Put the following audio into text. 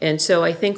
and so i think